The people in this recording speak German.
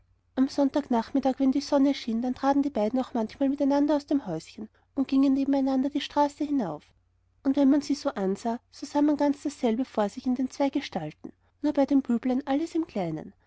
am sonntagnachmittag wenn die sonne schien dann traten die beiden auch manchmal miteinander aus dem häuschen und gingen nebeneinander her die straße hinauf und wenn man sie so ansah so sah man ganz dasselbe vor sich in den zwei gestalten nur bei dem büblein alles im kleinen